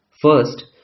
First